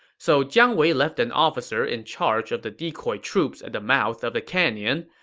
so jiang wei left an officer in charge of the decoy troops at the mouth of the canyon,